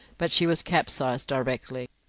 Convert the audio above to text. but she was capsized directly.